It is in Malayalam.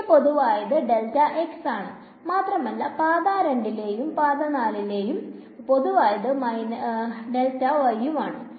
ഇവിടെ പൊതുവായത് ആണ് മാത്രമല്ല പാത 2 യിലും 4യിലും പൊതുവായത് ഉം ആണ്